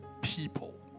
people